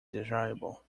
desirable